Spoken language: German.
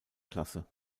klasse